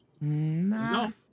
No